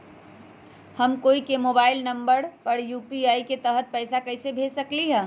हम कोई के मोबाइल नंबर पर यू.पी.आई के तहत पईसा कईसे भेज सकली ह?